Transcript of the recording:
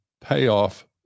payoff